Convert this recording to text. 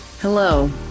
Hello